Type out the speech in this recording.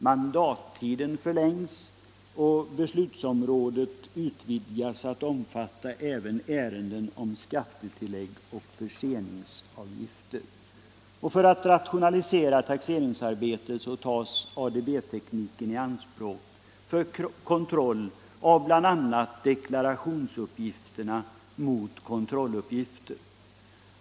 Mandattiden förlängs, och beslutsområdet utvidgas till att omfatta även ärenden om skattetillägg och förseningsavgifter. För att rationalisera taxeringsarbetet tas ADB tekniken i anspråk för kontroll av bl.a. deklarationsuppgifterna mot kontrolluppgifterna.